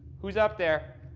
who's up there?